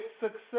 success